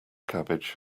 cabbage